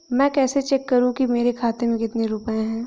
मैं कैसे चेक करूं कि मेरे खाते में कितने रुपए हैं?